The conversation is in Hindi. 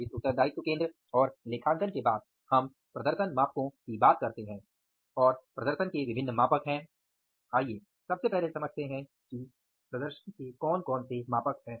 इस उत्तरदायित्व केंद्र और लेखांकन के बाद हम प्रदर्शन मापको की बात करते हैं और प्रदर्शन के विभिन्न मापक हैं आइए सबसे पहले समझते हैं कि प्रदर्शन के कौन कौन से मापक हैं